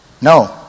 No